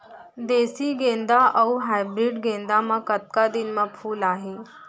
देसी गेंदा अऊ हाइब्रिड गेंदा म कतका दिन म फूल आही?